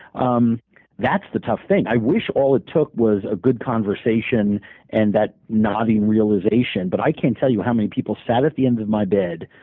um that's the tough thing. i wish all it took was a good conversation and then nodding realization, but i can't tell you how many people sat at the end of my bed,